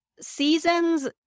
seasons